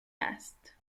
است